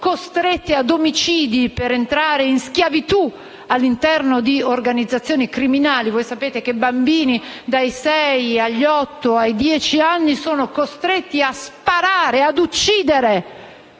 costrette ad omicidi per entrare in schiavitù all'interno di queste organizzazioni criminali. Voi sapete che bambini dai sei ai dieci anni sono costretti a sparare, ad uccidere,